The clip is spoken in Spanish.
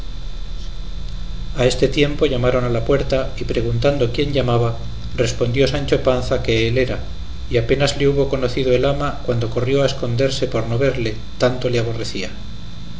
a este tiempo llamaron a la puerta y preguntando quién llamaba respondió sancho panza que él era y apenas le hubo conocido el ama cuando corrió a esconderse por no verle tanto le aborrecía